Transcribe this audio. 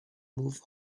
move